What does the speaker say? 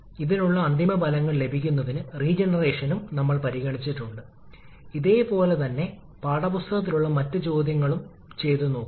ഇവിടെ ഈ ടി 1 ഉം ടിബിയും തുല്യമാണ് നമ്മൾ അത് പുറത്തെടുത്തു അല്ലെങ്കിൽ ഈ അനുപാതവും ചിത്രത്തിലേക്ക് വരും